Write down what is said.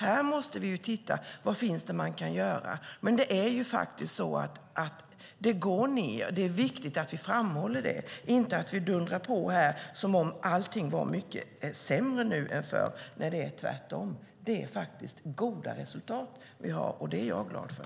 Här måste vi se vad som kan göras. Det är dock viktigt att framhålla att antalet går ned och inte dundra på som om allt var mycket sämre än förr när det i stället är tvärtom. Vi har faktiskt goda resultat, och det är jag glad för.